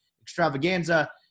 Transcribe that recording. extravaganza